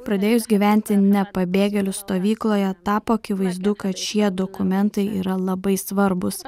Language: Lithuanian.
pradėjus gyventi ne pabėgėlių stovykloje tapo akivaizdu kad šie dokumentai yra labai svarbūs